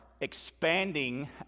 expanding